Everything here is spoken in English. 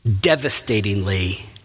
devastatingly